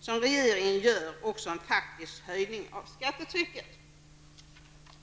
som regeringen gör en faktisk höjning av skattetrycket.